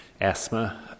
asthma